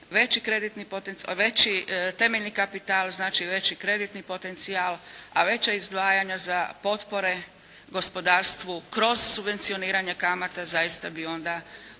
veći temeljni kapital, znači veći kreditni potencijal, a veća izdvajanja za potpore gospodarstvu kroz subvencioniranja kamata, zaista bi onda utjecala